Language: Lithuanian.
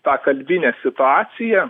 tą kalbinę situaciją